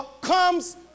comes